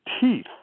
teeth